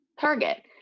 Target